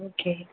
okay